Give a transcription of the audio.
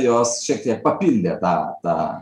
jos šiek tiek papildė tą tą